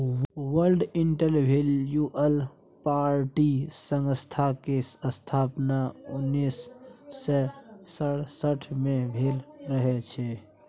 world intellectual property संस्था केर स्थापना उन्नैस सय सड़सठ मे भेल रहय